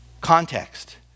Context